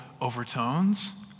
overtones